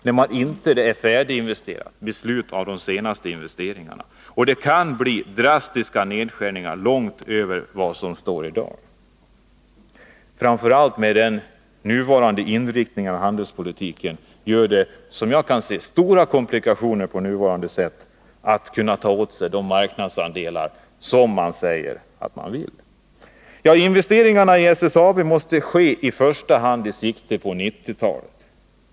De senaste investeringarna har ännu inte fullföljts. Det kan bli drastiska nedskärningar långt utöver vad som förestår i dag. Framför allt gör, som jag ser det, den nuvarande inriktningen av handelspolitiken att det kan bli stora komplikationer att få de marknadsandelar som man säger sig vilja ha. Investeringarna i SSAB måste i första hand ske med sikte på 1990-talet.